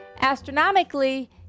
astronomically